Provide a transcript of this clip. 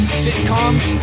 sitcoms